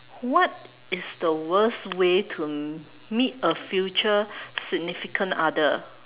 what is the worst way to meet a future significant other